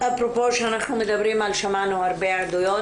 אפרופו שאנחנו מדברים ששמענו הרבה עדויות,